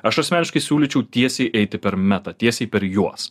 aš asmeniškai siūlyčiau tiesiai eiti per meta tiesiai per juos